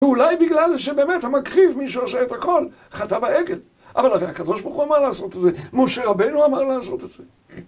ואולי בגלל שבאמת המקריב, מי שעושה את הכל, חטא בעגל. אבל הרי הקב"ה אמר לעשות את זה, משה רבינו אמר לעשות את זה.